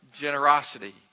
generosity